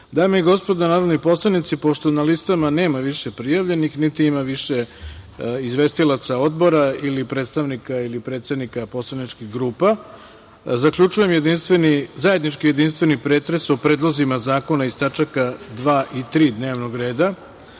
i gospodo narodni poslanici, pošto na listama nema više prijavljenih, niti ima više izvestilaca odbora ili predstavnika ili predsednika poslaničkih grupa, zaključujem zajednički jedinstveni pretres o predlozima zakona iz tačaka 2. i 3. dnevnog